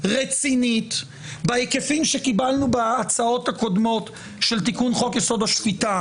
רצינית בהיקפים שקיבלנו בהצעות הקודמות של תיקון חוק יסוד השפיטה